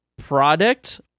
Product